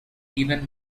even